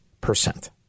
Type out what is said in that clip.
percent